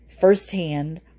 firsthand